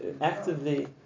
Actively